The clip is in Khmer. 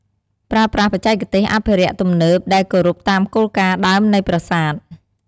ប្រើប្រាស់បច្ចេកទេសអភិរក្សទំនើបដែលគោរពតាមគោលការណ៍ដើមនៃប្រាសាទ។